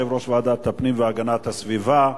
יושב-ראש ועדת הפנים והגנת הסביבה.